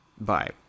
bye